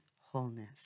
wholeness